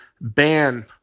ban